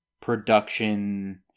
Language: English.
production